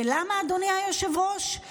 ולמה, אדוני היושב-ראש?